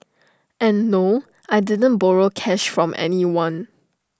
and no I didn't borrow cash from anyone